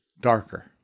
darker